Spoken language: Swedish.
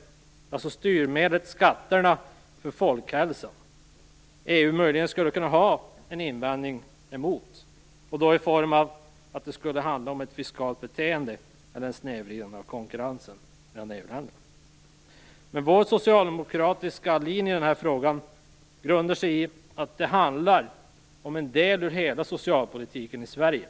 Det är alltså det styrmedlet, skatterna, som EU möjligen skulle kunna ha en invändning emot. Det skulle i så fall handla om fiskala beteenden eller snedvridande av konkurrensen mellan EU-länderna. Den socialdemokratiska linjen i denna fråga grundar sig på att det handlar om en del av socialpolitiken i Sverige.